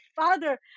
father